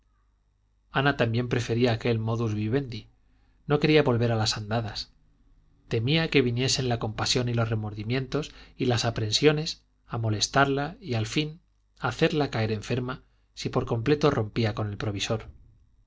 ana prefería aquel modus vivendi no quería volver a las andadas temía que viniesen la compasión y los remordimientos y las aprensiones a molestarla y al fin hacerla caer enferma si por completo rompía con el provisor